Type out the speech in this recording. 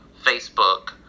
Facebook